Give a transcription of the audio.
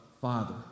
Father